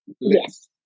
Yes